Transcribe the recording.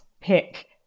pick